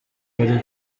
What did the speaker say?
bareke